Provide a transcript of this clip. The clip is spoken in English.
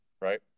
right